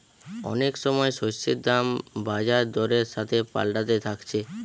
অনেক সময় শস্যের দাম বাজার দরের সাথে পাল্টাতে থাকছে